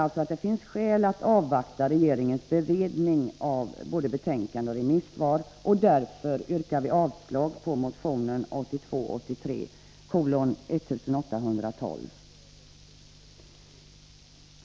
Vi menar att det finns skäl att avvakta regeringens beredning av både betänkande och remissvar. Därför yrkar vi avslag på motion 1982/83:1812.